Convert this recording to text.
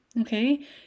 okay